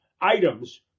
items